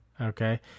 okay